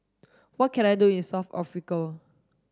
what can I do in South Africa